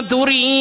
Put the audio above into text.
Duri